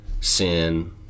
sin